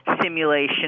simulation